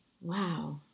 wow